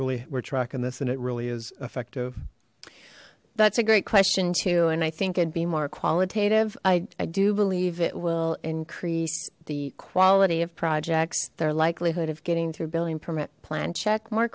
really we're tracking this and it really is effective that's a great question too and i think i'd be more qualitative i do believe it will increase the quality of projects their likelihood of getting through building permit plan check more